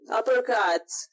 uppercuts